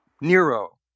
Nero